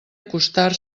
acostar